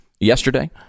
yesterday